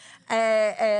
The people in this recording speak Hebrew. העבודה.